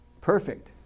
Perfect